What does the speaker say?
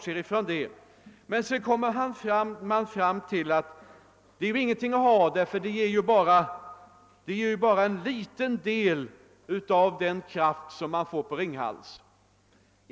Sedan konstaterade tidningen att detta projekt inte är någonting att ha, eftersom det ger en bara en liten del av den kraft som man får från Ringhals.